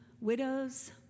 Widows